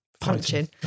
punching